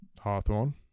Hawthorne